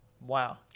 Wow